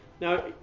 Now